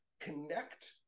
connect